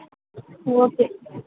okay